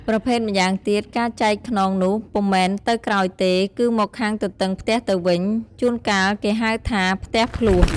ប្រភេទម៉្យាងទៀត ការចែកខ្នងនោះពុំមែនទៅក្រោយទេ គឺមកខាងទទឹងផ្ទះទៅវិញ ជួន កាលគេហៅថា “ផ្ទះភ្លោះ”។